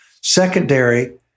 secondary